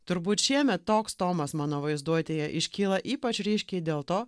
turbūt šiemet toks tomas mano vaizduotėje iškyla ypač ryškiai dėl to